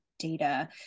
data